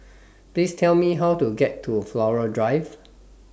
Please Tell Me How to get to Flora Drive